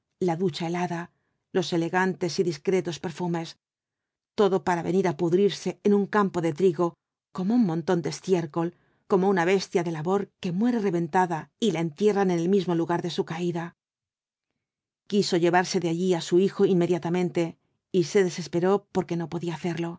la ducha helada los elegantes y discretos perfumes todo para venir á pudrirse en un campo de trigo como un montón de estiércol como una bestia de labor que muere reventada y la entierran en el mismo lugar de su caída quiso llevarse de allí á su hijo inmediatamente y se desesperó porque no podía hacerlo